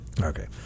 Okay